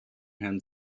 herrn